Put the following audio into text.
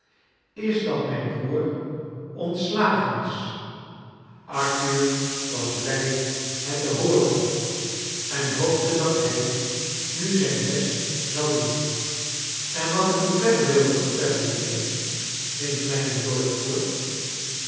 is dat mijn broer ontslagen is arthur was blij het te hooren en hoopte dat hij mi zijn best zou doen en wat ik u verder wilde vertellen inijnheer ging kleine dorrit voort